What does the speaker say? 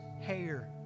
hair